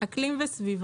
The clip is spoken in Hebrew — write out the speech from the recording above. לגבי אקלים וסביבה,